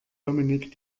dominik